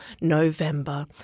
November